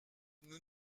nous